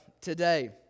today